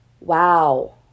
wow